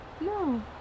No